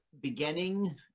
beginning